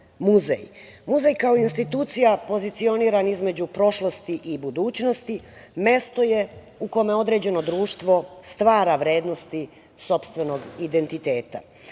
muzej. Muzej kao institucija pozicioniran između prošlosti i budućnosti mesto je u kome određeno društvo stvara vrednosti sopstvenog identiteta.